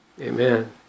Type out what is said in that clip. Amen